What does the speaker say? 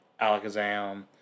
Alakazam